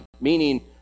meaning